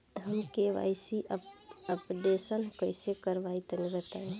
हम KYC updation कइसे करवाई तनि बताई?